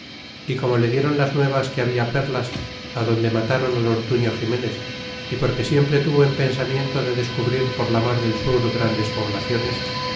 y como le dieron las nuevas que habla perlas donde matron al ortuño ximenez y porque siempre tuvo en pensamiento de descubrir por la mar del sur grandes poblaciones